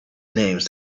names